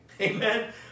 Amen